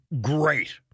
great